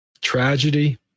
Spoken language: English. Tragedy